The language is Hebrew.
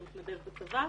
הוא התנדב בצבא.